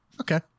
Okay